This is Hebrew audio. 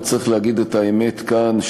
וצריך להגיד את האמת כאן,